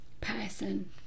person